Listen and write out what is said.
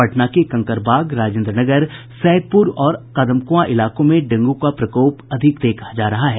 पटना के कंकड़बाग राजेन्द्र नगर सैदपुर और कदमकुंआ इलाकों में डेंगू का प्रकोप अधिक देखा जा रहा है